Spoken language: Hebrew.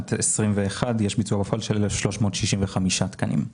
בשנת 2021 יש ביצוע בפועל של 1,365 תקנים.